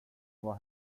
var